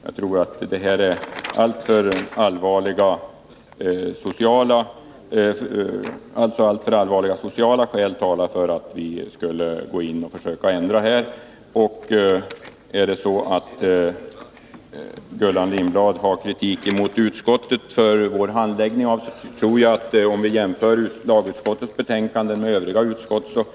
Jag tror att allvarliga sociala skäl talar mot att vi skulle gå in och försöka ändra här. Är det så att Gullan Lindblad har kritik att rikta mot utskottet för vår handläggning av frågan, så kan vi ju jämföra lagutskottets betänkanden och övriga utskotts betänkanden.